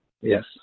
Yes